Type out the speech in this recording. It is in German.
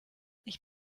ich